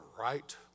right